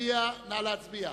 נא להצביע.